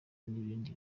n’ibindi